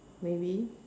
maybe